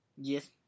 Yes